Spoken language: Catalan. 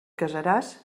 casaràs